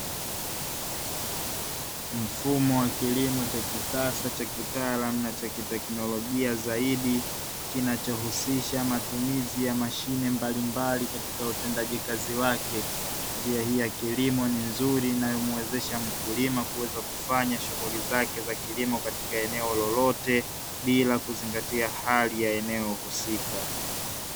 Mfumo wa kilimo cha kisasa cha kitaalamu na kiteknolojia zaidi kinachohusisha matumizi ya mashine mbalimbali katika utendaji kazi wake. Njia hii ya kilimo ni nzuri inayomwezesha mkulima kuweza kufanya shughuli zake za kilimo katika eneo lolote bila kuzingatia hali katika eneo husika.